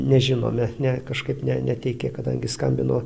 nežinome ne kažkaip ne neteikė kadangi skambino